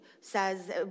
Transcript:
says